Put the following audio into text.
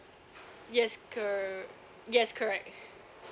yes curr~ yes correct